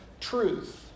truth